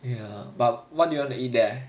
ya but what do you want to eat there